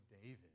David